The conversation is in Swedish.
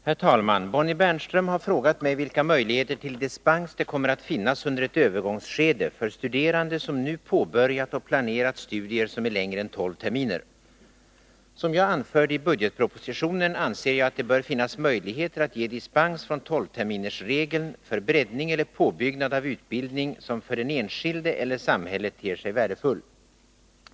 Herr talman! Bonnie Bernström har frågat mig vilka möjligheter till dispens det kommer att finnas under ett övergångsskede för studerande som nu påbörjat och planerat studier som är längre än tolv terminer. Som jag anförde i budgetpropositionen anser jag att det bör finnas möjligheter att ge dispens från tolvterminersregeln för breddning eller påbyggnad av utbildning som för den enskilde eller samhället ter sig värdefull.